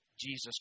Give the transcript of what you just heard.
Jesus